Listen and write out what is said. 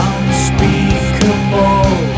Unspeakable